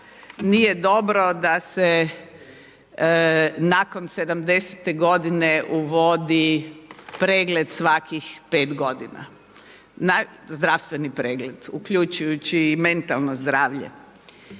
nije dobro da se nakon 70. godine uvodi pregled svakih 5 godina, zdravstveni pregled uključujući i mentalno zdravlje.